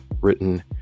written